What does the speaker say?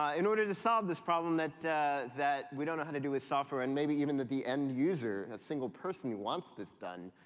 ah in order to solve this problem that that we don't know how to do with software and maybe even that the end user, a single person who wants this done,